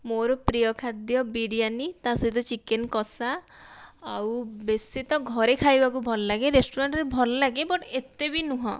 ମୋର ପ୍ରିୟ ଖାଦ୍ୟ ବିରିୟାନି ତା' ସହିତ ଚିକେନ୍ କଷା ଆଉ ବେଶି ତ ଘରେ ଖାଇବାକୁ ଭଲ ଲାଗେ ରେଷ୍ଟୁରାଣ୍ଟରେ ଭଲ ଲାଗେ ବଟ୍ ଏତେ ବି ନୁହଁ